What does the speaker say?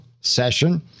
session